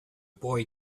boy